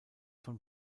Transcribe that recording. von